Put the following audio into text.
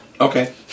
Okay